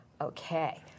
okay